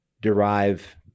derive